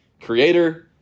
Creator